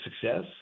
success